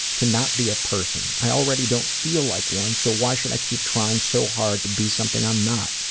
to not be a person. i already don't feel like one, so why should i keep trying so hard to be something i'm not?